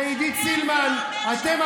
ועידית סילמן, זה שאתה משקר זה לא אומר שזו האמת.